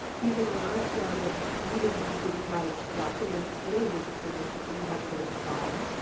even when i started, we didn't have digitized documents, any of this information, so you had to go to the files.